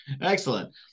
Excellent